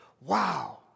Wow